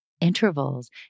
intervals